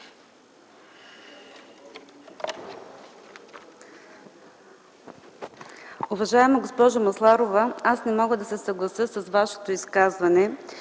Уважаема госпожо Масларова, не мога да се съглася с Вашето изказване,